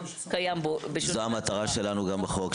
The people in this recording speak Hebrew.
קיים בו --- זאת המטרה שלנו גם בחוק,